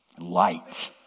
light